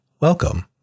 Welcome